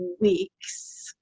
weeks